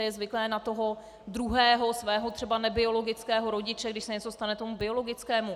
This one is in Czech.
Je zvyklé na toho druhého, třeba nebiologického rodiče když se něco stane tomu biologickému.